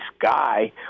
guy